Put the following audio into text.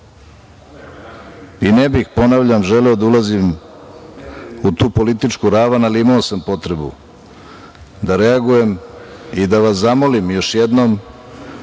ne bih želeo da ulazim u tu političku ravan, ali imao sam potrebu da reagujem i da vas zamolim još jednom